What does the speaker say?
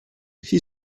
she